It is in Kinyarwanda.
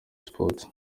sports